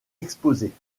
exposés